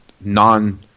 non